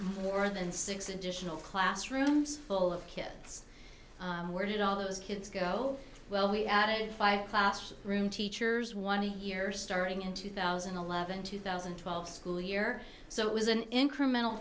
more than six additional classrooms full of kids where did all those kids go well he added five class room teachers want a year starting in two thousand and eleven two thousand and twelve school year so it was an incremental